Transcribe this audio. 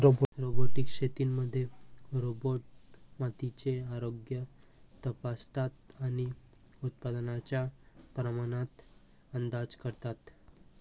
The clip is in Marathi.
रोबोटिक शेतीमध्ये रोबोट मातीचे आरोग्य तपासतात आणि उत्पादनाच्या प्रमाणात अंदाज करतात